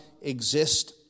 exist